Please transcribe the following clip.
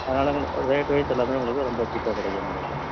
அதனால் உங் rate wise எல்லாமே உங்களுக்கு ரொம்ப சீப்பாக கிடைக்கும் உங்களுக்கு